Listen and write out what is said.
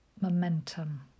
momentum